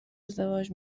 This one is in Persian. ازدواج